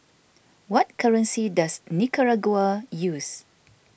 what currency does Nicaragua use